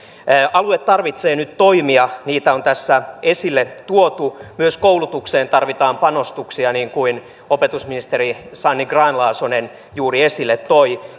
alue tarvitsee nyt toimia niitä on tässä esille tuotu myös koulutukseen tarvitaan panostuksia niin kuin opetusministeri sanni grahn laasonen juuri esille toi